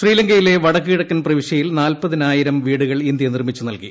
ശ്രീലങ്കയിലെ വടക്ക് കിഴക്കൻ പ്രവിശ്യയിൽ നാൽപ്പതിനായിരം വീടുകൾ ഇന്ത്യ നിർമ്മിച്ച് നല്കി